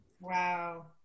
Wow